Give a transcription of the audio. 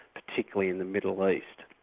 particularly in the middle east.